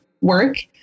work